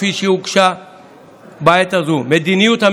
כפי שהוגשה בעת הזאת.